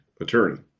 attorney